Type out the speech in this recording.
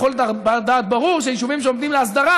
לכל בר-דעת ברור שהיישובים שעומדים להסדרה,